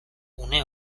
une